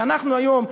ואנחנו היום,